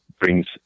Brings